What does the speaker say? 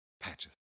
patches